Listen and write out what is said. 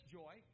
joy